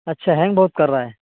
اچھا ہینگ بہت کر رہا ہے